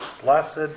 Blessed